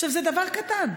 עכשיו זה דבר קטן.